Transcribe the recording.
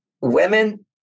women